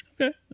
okay